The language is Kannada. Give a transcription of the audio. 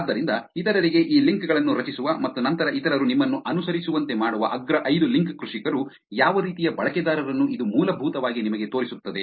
ಆದ್ದರಿಂದ ಇತರರಿಗೆ ಈ ಲಿಂಕ್ ಗಳನ್ನು ರಚಿಸುವ ಮತ್ತು ನಂತರ ಇತರರು ನಿಮ್ಮನ್ನು ಅನುಸರಿಸುವಂತೆ ಮಾಡುವ ಅಗ್ರ ಐದು ಲಿಂಕ್ ಕೃಷಿಕರು ಯಾವ ರೀತಿಯ ಬಳಕೆದಾರರನ್ನು ಇದು ಮೂಲಭೂತವಾಗಿ ನಿಮಗೆ ತೋರಿಸುತ್ತದೆ